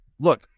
Look